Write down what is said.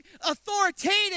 authoritative